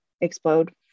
explode